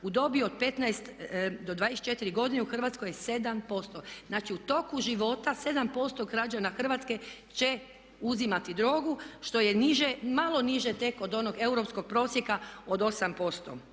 u dobi od 15 do 24 godine u Hrvatskoj je 7%. Znači u toku života 7% građana Hrvatske će uzimati drogu što je niže, malo niže tek od onog europskog prosjeka od 8%.